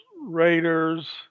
Raiders